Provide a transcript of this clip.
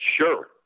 sure